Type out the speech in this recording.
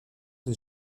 des